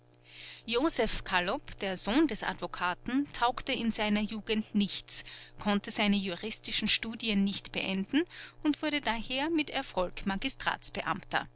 josef kallop der sohn des advokaten taugte in seiner jugend nichts konnte seine juristischen studien nicht beenden und wurde daher mit erfolg